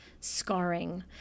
scarring